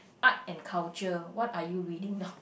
art and culture what are you reading now